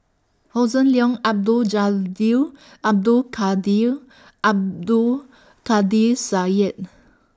Hossan Leong Abdul Jalil Abdul Kadir Abdul Kadir Syed